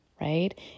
right